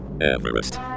Everest